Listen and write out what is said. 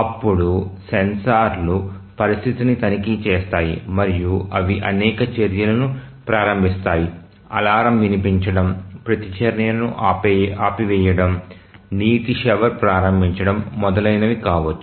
అప్పుడు సెన్సార్లు పరిస్థితిని తనిఖీ చేస్తాయి మరియు అవి అనేక చర్యలను ప్రారంభిస్తాయి అలారం వినిపించడం ప్రతిచర్యను ఆపివేయడం నీటి షవర్ ప్రారంభించడం మొదలైనవి కావచ్చు